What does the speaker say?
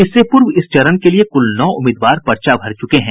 इससे पूर्व इस चरण के लिए कुल नौ उम्मीदवार पर्चा भर चूके हैं